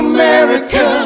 America